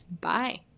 Bye